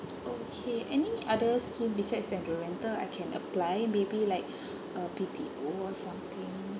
okay any other scheme besides than the rental I can apply maybe like uh B_T_O or something